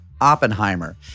Oppenheimer